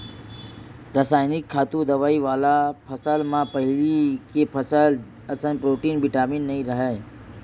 रसइनिक खातू, दवई वाला फसल म पहिली के फसल असन प्रोटीन, बिटामिन नइ राहय